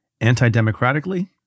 anti-democratically